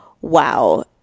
wow